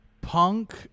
Punk